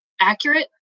accurate